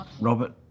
Robert